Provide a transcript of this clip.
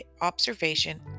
Observation